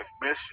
mission